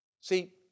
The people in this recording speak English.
see